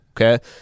Okay